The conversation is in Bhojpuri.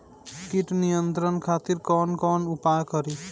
कीट नियंत्रण खातिर कवन कवन उपाय करी?